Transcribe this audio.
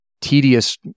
tedious